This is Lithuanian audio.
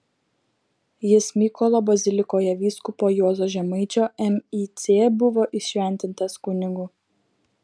jis mykolo bazilikoje vyskupo juozo žemaičio mic buvo įšventintas kunigu